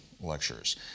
lectures